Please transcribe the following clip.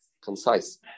concise